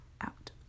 out